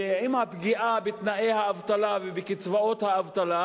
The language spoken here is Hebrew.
ועם הפגיעה בתנאי האבטלה ובקצבאות האבטלה,